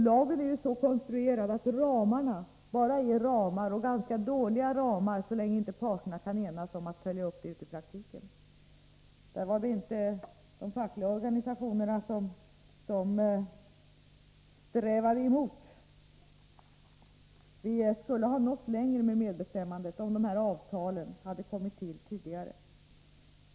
Lagen är ju så konstruerad att den bara ger ramar — och ganska dåliga ramar så länge inte parterna kan enas om att följa upp dem ute i praktiken. Där var det inte de fackliga organisationerna som strävade emot. Vi skulle ha nått längre med medbestämmandet om dessa avtal hade kommit till tidigare.